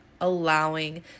allowing